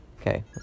Okay